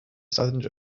southern